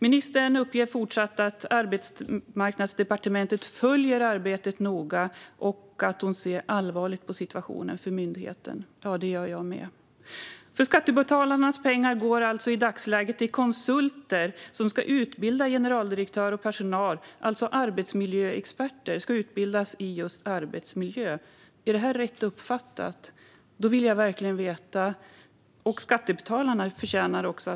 Ministern uppger fortsatt att Arbetsmarknadsdepartementet följer arbetet noga och att hon ser allvarligt på situationen för myndigheten. Det gör jag med. Skattebetalarnas pengar går alltså i dagsläget till konsulter som ska utbilda generaldirektör och personal, alltså arbetsmiljöexperter, i just arbetsmiljö. Är det här rätt uppfattat? Då vill jag verkligen veta hur arbetet med den utbildningen går.